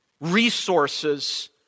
resources